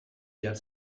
behar